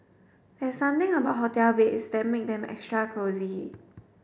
there's something about hotel beds that make them extra cosy